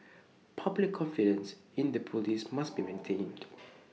public confidence in the Police must be maintained